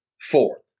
fourth